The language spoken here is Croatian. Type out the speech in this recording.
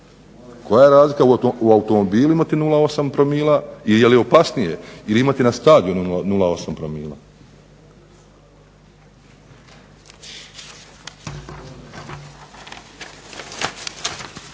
Koja je razlika u automobilu imati 0,8 promila i jeli opasnije imati na stadionu 0,8 promila?